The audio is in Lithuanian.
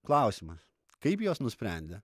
klausimas kaip jos nusprendė